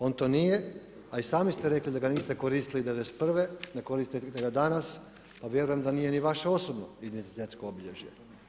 On to nije, a i sami ste rekli da ga niste koristili '91. ne koristite ga danas, a vjerujem da nije ni vaše osobno identitetsko obilježe.